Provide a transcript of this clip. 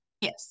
Yes